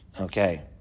Okay